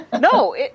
no